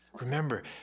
remember